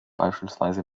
beispielsweise